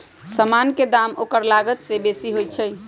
समान के दाम ओकर लागत से बेशी होइ छइ